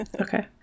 Okay